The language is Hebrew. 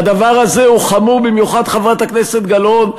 והדבר הזה הוא חמור במיוחד, חברת הכנסת גלאון,